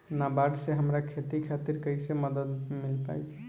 नाबार्ड से हमरा खेती खातिर कैसे मदद मिल पायी?